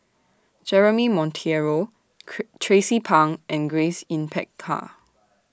Jeremy Monteiro Tracie Pang and Grace Yin Peck Ha